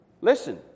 Listen